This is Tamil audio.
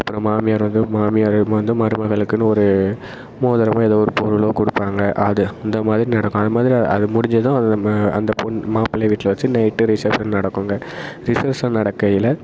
அப்புறம் மாமியார் வந்து மாமியார் வந்து மருமகளுக்குன்னு ஒரு மோதிரமோ ஏதோ ஒரு பொருளோ கொடுப்பாங்க அது இந்த மாதிரி நடக்கும் அது மாதிரி அது முடிஞ்சதும் அது அந்தப் பொண்ணு மாப்பிள்ளை வீட்டில வச்சு நைட் ரிசெப்ஷன் நடக்குதுங்க ரிசெப்ஷன் நடக்கையில்